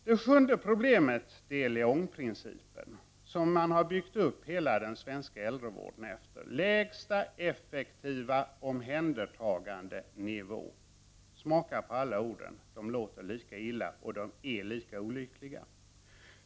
Det sjunde problemet är LEON-principen, som man har byggt upp hela den svenska äldrevården efter: lägsta effektiva omhändertagandenivå. Smaka på alla orden! De låter alla lika illa, och de är lika olyckliga.